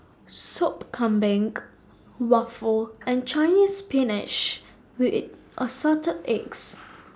Soup Kambing Waffle and Chinese Spinach with Assorted Eggs